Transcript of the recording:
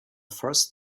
first